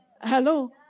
Hello